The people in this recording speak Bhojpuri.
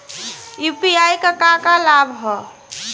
यू.पी.आई क का का लाभ हव?